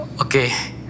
Okay